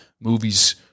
movies